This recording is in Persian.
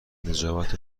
نجابت